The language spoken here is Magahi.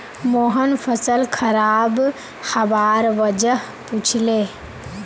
मोहन फसल खराब हबार वजह पुछले